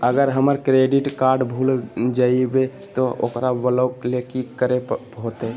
अगर हमर credit card भूल जइबे तो ओकरा ब्लॉक लें कि करे होते?